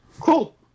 Cool